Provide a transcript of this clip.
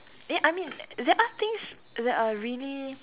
eh I mean there are things that are really